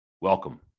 welcome